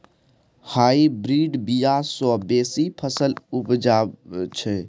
hybrid बीया सँ बेसी फसल उपजै छै